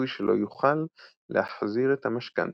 - הסיכוי שלא יוכל להחזיר את המשכנתא.